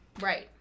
Right